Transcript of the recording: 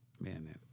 man